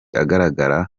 agaragara